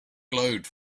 glowed